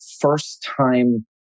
first-time